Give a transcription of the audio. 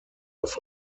auf